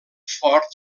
fort